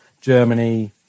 germany